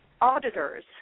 auditors